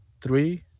three